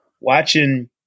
watching